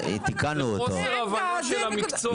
חוסר הבנה של המקצוע.